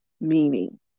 meaning